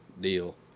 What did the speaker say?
deal